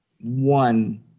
one